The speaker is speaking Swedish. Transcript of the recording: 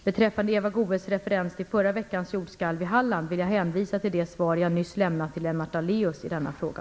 Beträffande Eva Goës referens till förra veckans jordskalv i Halland vill jag hänvisa till det svar jag nyss lämnat till Lennart Daléus i denna fråga.